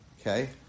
Okay